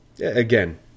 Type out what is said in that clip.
again